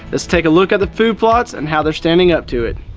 let's take a look at the food plots and how they are standing up to it.